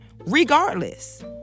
regardless